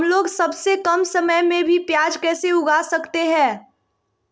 हमलोग सबसे कम समय में भी प्याज कैसे उगा सकते हैं?